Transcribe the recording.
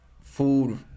Food